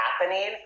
happening